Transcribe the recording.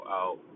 out